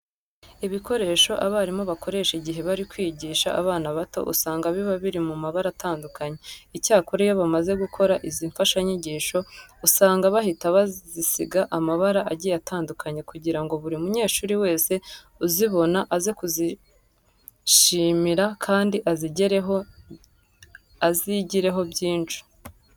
Ibikoresho abarimu bakoresha igihe bari kwigisha abana bato usanga biba biri mu mabara atandukanye. Icyakora iyo bamaze gukora izi mfashanyigisho usanga bahita basiziga amabara agiye atandukanye kugira ngo buri munyeshuri wese uzibona aze kuzishimira kandi azigireho byinshi.